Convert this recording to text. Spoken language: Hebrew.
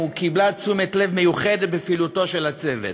קיבלו תשומת לב מיוחדת בפעילותו של הצוות,